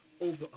over